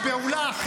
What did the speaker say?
אפשר לשאול?